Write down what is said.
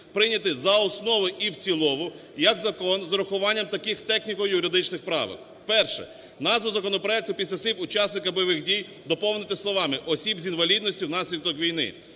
прийняти за основу і в цілому як закон з врахуванням таких техніко-юридичних правок. Перше. Назву законопроекту після слів "учасників бойових дій" доповнити словами "осіб з інвалідністю внаслідок війни".